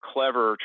clever